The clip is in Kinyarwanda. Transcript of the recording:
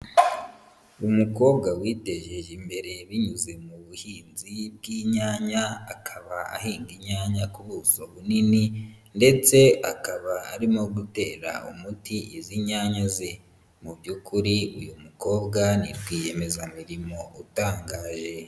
Umukobwa witejeje imbere binyuze mu buhinzi bw'inyanya, akaba ahinga inyanya ku buso bunini ndetse akaba arimo gutera umuti izi nyanya ze, mu by'ukuri uyu mukobwa ni rwiyemezamirimo utangaje.